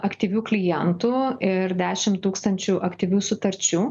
aktyvių klientų ir dešim tūkstančių aktyvių sutarčių